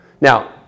Now